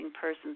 persons